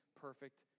perfect